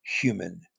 human